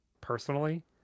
personally